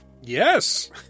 Yes